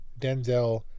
Denzel